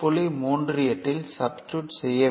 38 இல் சப்ஸ்டிடுட் செய்ய வேண்டும்